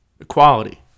Equality